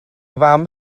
fam